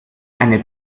eine